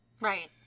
Right